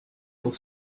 pour